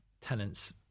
tenants